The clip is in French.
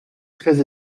très